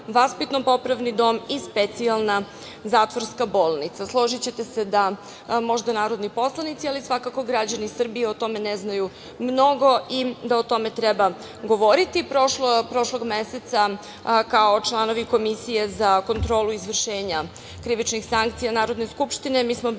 vaspitno-popravni dom i specijalna zatvorska bolnica, Složićete se da, možda narodni poslanici, ali svakako građani Srbije o tome ne znaju mnogo i da o tome treba govoriti. Prošlog meseca, kao članovi Komisije za kontrolu izvršenja krivičnih sankcija Narodne skupštine, mi smo bili